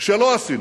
שלא עשינו,